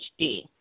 HD